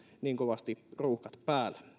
niin kovasti ruuhkat päällä